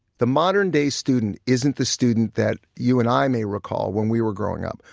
the modern-day student isn't the student that you and i may recall when we were growing up.